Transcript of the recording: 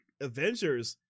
Avengers